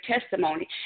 testimony